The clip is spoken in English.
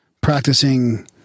practicing